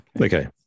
Okay